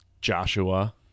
Joshua